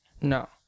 No